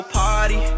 party